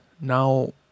now